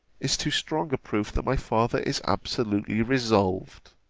is too strong a proof that my father is absolutely resolved.